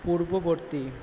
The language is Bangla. পূর্ববর্তী